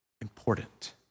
important